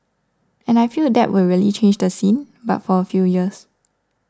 and I feel that will really change the scene but for a few years